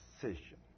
decision